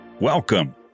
Welcome